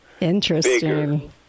Interesting